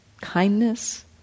kindness